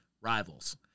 rivals